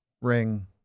ring